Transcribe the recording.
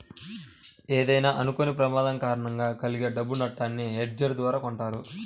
ఏదైనా అనుకోని ప్రమాదం కారణంగా కలిగే డబ్బు నట్టాన్ని హెడ్జ్ ద్వారా కొంటారు